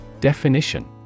Definition